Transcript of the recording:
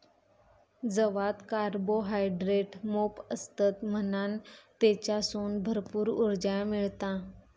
जवात कार्बोहायड्रेट मोप असतत म्हणान तेच्यासून भरपूर उर्जा मिळता